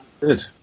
Good